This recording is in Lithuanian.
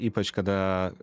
ypač kada